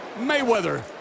Mayweather